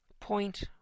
Point